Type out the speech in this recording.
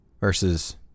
versus